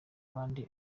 bandi